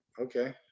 Okay